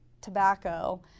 tobacco